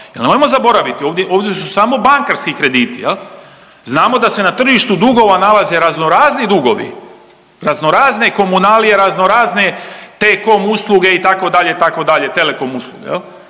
nemojmo zaboraviti, ovdje su samo bankarski krediti jel. Znamo da se na tržištu dugova nalaze raznorazni dugovi, raznorazne komunalije, raznorazne T-com usluge itd., itd., Telekom usluge